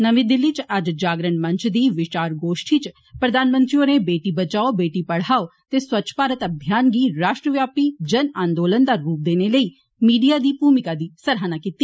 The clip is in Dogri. नमीं दिल्ली च अज्ज जागरण मंच दी विचार गोश्ठी च प्रधानमंत्री होरे 'बेटी बचाओ बेटी पढ़ाओ' ते स्वच्छ भारत अभियान गी राश्ट्रव्यापी जन आन्दोलन दा रुप देने लेई मीडिया दी भूमिका दी सराहना कीती